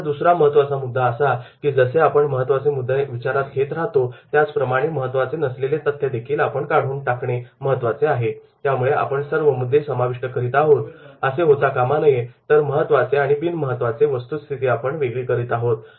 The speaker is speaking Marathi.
आता दुसरा महत्त्वाचा मुद्दा असा की जसे आपण महत्वाचे मुद्दे विचारात घेत राहतो त्याच प्रमाणे महत्त्वाचे नसलेले तथ्य देखील आपण काढून ढाकणे खूप महत्त्वाचे आहे यामुळे आपण सर्वच मुद्दे समाविष्ट करीत आहोत असे होता कामा नये तर महत्त्वाचे आणि बिन महत्त्वाचे वस्तुस्थिती आपण वेगळी करीत आहोत